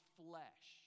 flesh